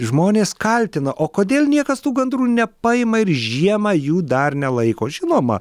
žmonės kaltina o kodėl niekas tų gandrų nepaima ir žiemą jų dar nelaiko žinoma